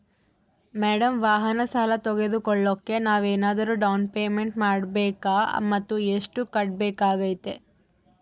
Madam ವಾಹನ ಸಾಲ ತೋಗೊಳೋಕೆ ನಾವೇನಾದರೂ ಡೌನ್ ಪೇಮೆಂಟ್ ಮಾಡಬೇಕಾ ಮತ್ತು ಎಷ್ಟು ಕಟ್ಬೇಕಾಗ್ತೈತೆ?